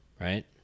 right